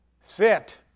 Sit